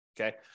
Okay